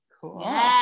Cool